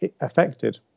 affected